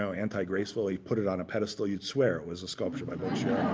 so anti-gracefully put it on a pedestal. you'd swear it was a sculpture by boccioni